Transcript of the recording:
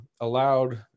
allowed